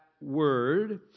word